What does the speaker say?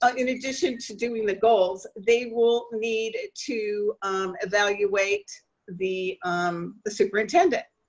um in addition to doing the goals, they will need to evaluate the um the superintendent.